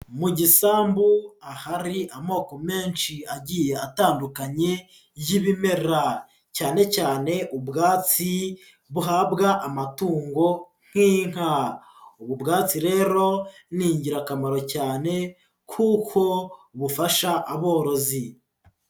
Mu gisambu ahari amoko menshi agiye atandukanye y'ibimera, cyane cyane ubwatsi buhabwa amatungo nk'inka, ubu bwatsi rero ni ingirakamaro cyane kuko bufasha aborozi.